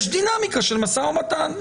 יש דינמיקה של משא ומתן.